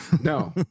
No